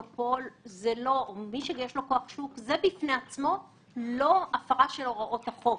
מי שיש לו כוח שוק - זה בפני עצמו לא הפרה של הוראות החוק,